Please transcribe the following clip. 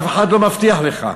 אף אחד לא מבטיח לך.